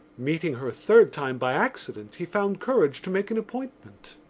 meeting her a third time by accident he found courage to make an appointment.